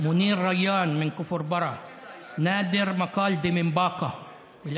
מוניר ריאן מכפר ברא ונאדר מקאלדה אתמול בבאקה.